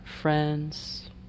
friends